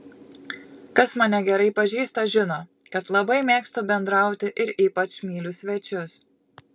kas mane gerai pažįsta žino kad labai mėgstu bendrauti ir ypač myliu svečius